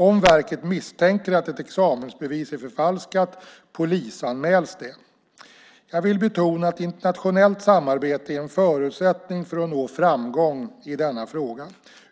Om verket misstänker att ett examensbevis är förfalskat polisanmäls det. Jag vill betona att internationellt samarbete är en förutsättning för att nå framgång i denna fråga.